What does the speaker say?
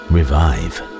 Revive